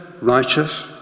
righteous